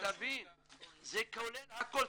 זה כולל הכול.